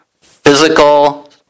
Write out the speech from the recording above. physical